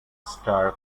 star